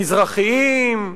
מזרחים,